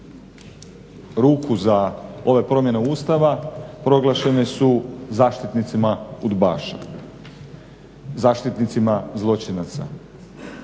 ruku za ove promjene Ustave proglašene su zaštitnicima udbaša,